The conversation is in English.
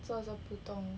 坐着不动